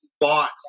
bought